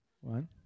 One